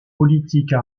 politiques